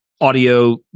audio